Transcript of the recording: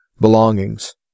belongings